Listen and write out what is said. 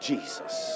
Jesus